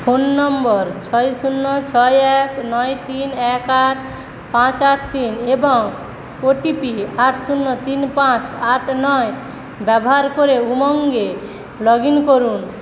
phone number ছয় শূন্য ছয় এক নয় তিন এক আট পাঁচ আট তিন এবং ও টি পি আট শূন্য তিন পাঁচ আট নয় ব্যবহার করে উমঙ্ এ লগ ইন করুন